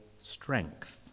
strength